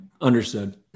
understood